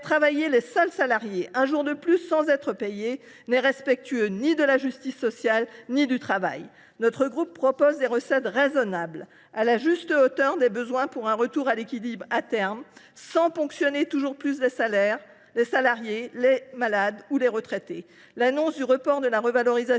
travailler les seuls salariés un jour de plus sans être payés n’est respectueux ni de la justice sociale ni du travail. Notre groupe propose des recettes raisonnables, à la juste hauteur des besoins, pour assurer un retour à l’équilibre à terme, sans ponctionner toujours plus les salariés, les malades ou les retraités. Annonce du report de la revalorisation